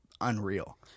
unreal